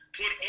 put